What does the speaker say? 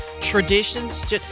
traditions